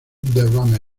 derrame